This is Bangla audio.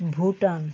ভুটান